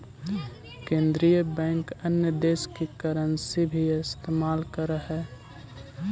केन्द्रीय बैंक अन्य देश की करन्सी भी इस्तेमाल करअ हई